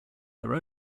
their